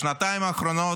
בשנתיים האחרונות,